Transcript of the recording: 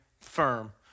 firm